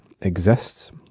exists